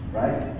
right